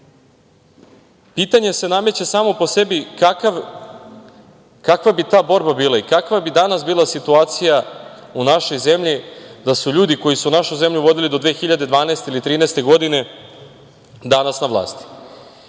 pitanje se nameće samo po sebi - kakva bi ta borba bila i kakva bi danas bila situacija u našoj zemlji da su ljudi koji su našu zemlju vodili do 2012. ili 2013. godine danas na vlasti? Kolega